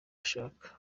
ashaka